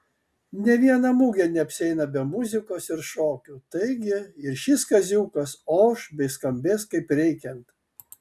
nė viena mugė neapsieina be muzikos ir šokių taigi ir šis kaziukas oš bei skambės kaip reikiant